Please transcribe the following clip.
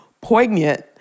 poignant